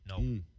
No